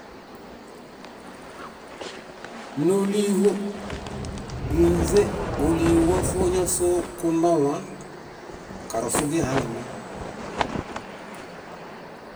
. Nóliho, ínźe óliwa fóñaso kunõwa, karosu źihaŋemaŋ.